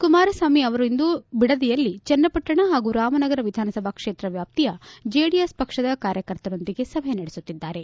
ಕುಮಾರಸ್ನಾಮಿ ಅವರಿಂದು ಬಿಡದಿಯಲ್ಲಿ ಚನ್ನಪಟ್ಟಣ ಪಾಗೂ ರಾಮನಗರ ವಿಧಾನಸಭಾ ಕ್ಷೇತ್ರ ವ್ಯಾಪ್ತಿಯ ಜೆಡಿಎಸ್ ಪಕ್ಷದ ಕಾರ್ಯಕರ್ತರೊಂದಿಗೆ ಸಭೆ ನಡೆಸುತ್ತಿದ್ದಾರೆ